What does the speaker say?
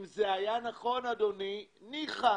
אם זה היה נכון, אדוני - ניחא.